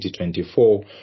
2024